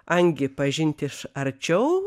angį pažint iš arčiau